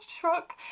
truck